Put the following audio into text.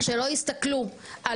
שלא יסתכלו על